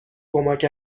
کمک